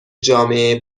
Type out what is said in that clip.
جامعه